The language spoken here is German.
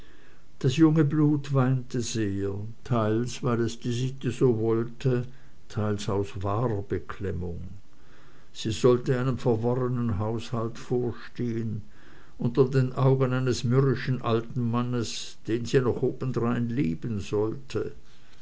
das junge blut weinte sehr teils weil es die sitte so wollte teils aus wahrer beklemmung sie sollte einem verworrenen haushalt vorstehen unter den augen eines mürrischen alten mannes den sie noch obendrein lieben sollte